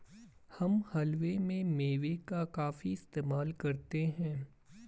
हम हलवे में मेवे का काफी इस्तेमाल करते हैं